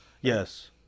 Yes